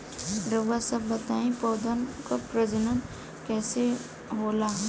रउआ सभ बताई पौधन क प्रजनन कईसे होला?